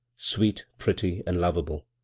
sweet, pretty, and lov able.